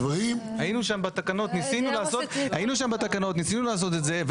היינו שם בתקנות ניסינו לעשות את זה,